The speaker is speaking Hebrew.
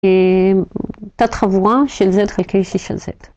‫היא תת-חבורה של Z חלקי 6 על Z .